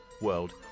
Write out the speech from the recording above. world